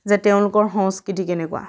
যে তেওঁলোকৰ সংস্কৃতি কেনেকুৱা